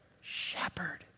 shepherd